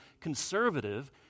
conservative